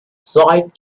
slide